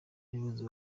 umuyobozi